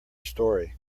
story